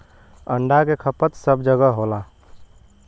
अंडा क खपत सब जगह होला